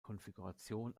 konfiguration